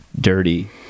dirty